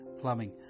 plumbing